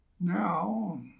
now